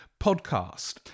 podcast